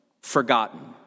Forgotten